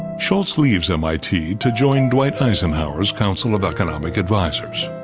shultz leaves m i t. to join dwight eisenhower's council of economic advisers.